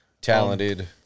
talented